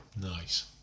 Nice